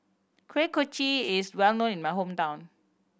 Kuih Kochi is well known in my hometown